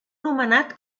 nomenat